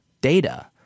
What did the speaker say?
data